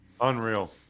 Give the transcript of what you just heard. Unreal